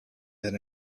that